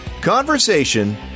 conversation